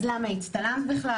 אז למה הצטלמת בכלל,